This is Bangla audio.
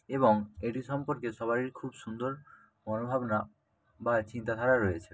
এবং এটি সম্পর্কে সবাইয়ের খুব সুন্দর মনোভাবনা বা চিন্তাধারা রয়েছে